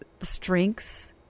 strengths